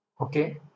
okay